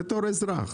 בתור אזרח,